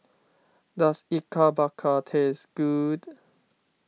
does Ikan Bakar taste good